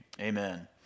Amen